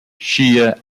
shia